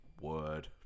Word